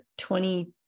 20